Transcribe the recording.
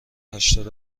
هشتاد